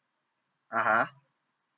(uh huh)